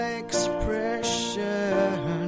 expression